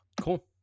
Cool